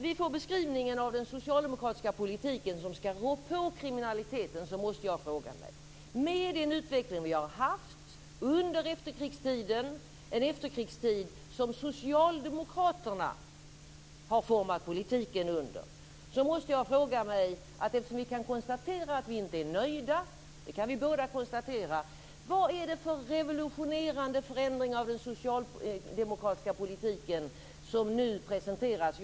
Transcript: Vi kan konstatera att vi inte är nöjda med den utveckling som vi har haft under efterkrigstiden då Socialdemokraterna har format politiken. Det kan vi båda konstatera. Vi får nu en beskrivning av den socialdemokratiska politik som ska rå på kriminalitet. Då måste jag fråga vad det är för revolutionerande förändring av den socialdemokratiska politiken som nu presenteras.